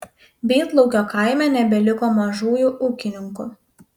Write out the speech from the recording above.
bytlaukio kaime nebeliko mažųjų ūkininkų